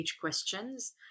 questions